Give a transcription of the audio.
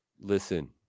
Listen